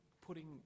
putting